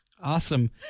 Awesome